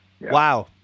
Wow